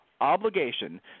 obligation